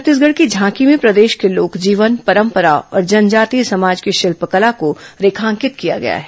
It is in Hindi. छत्तीसगढ़ की झांकी में प्रदेश के लोक जीवन परम्परा और जनजातीय समाज की शिल्पकला को रेखांकित किया गया है